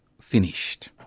finished